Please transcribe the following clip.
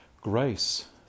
grace